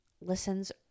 listens